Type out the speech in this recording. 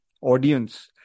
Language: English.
audience